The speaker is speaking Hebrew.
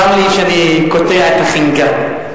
צר לי שאני קוטע את החנגה.